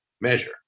measure